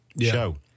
show